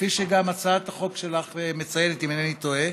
כפי שגם הצעת החוק שלך מציינת, אם אינני טועה,